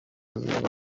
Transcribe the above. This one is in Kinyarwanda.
zicunga